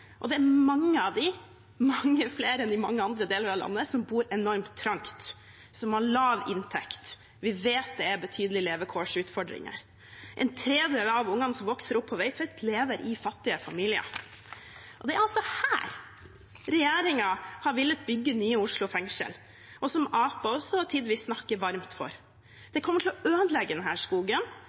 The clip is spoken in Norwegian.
og det er mange av dem som bor trangt, og som har lav inntekt, mange flere enn i mange andre deler av landet. Vi vet det er betydelige levekårsutfordringer. En tredel av ungene som vokser opp på Veitvet, lever i fattige familier. Det er altså her regjeringen har villet bygge nye Oslo fengsel, noe som Arbeiderpartiet tidvis også snakker varmt for. Det kommer til å ødelegge denne skogen,